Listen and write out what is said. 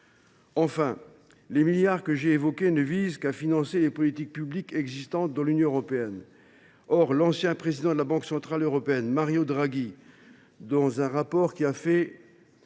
Enfin, les sommes que j’ai évoquées ne visent qu’à financer les politiques publiques existantes de l’Union européenne. Or l’ancien président de la Banque centrale européenne (BCE), Mario Draghi, a fait état dans un rapport qui a fait